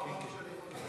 לא אמרת שאני יכול לדבר?